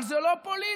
אבל זה לא פוליטי.